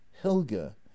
helga